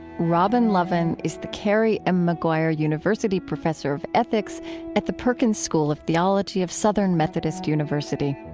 robin lovin is the cary m. maguire university professor of ethics at the perkins school of theology of southern methodist university.